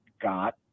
got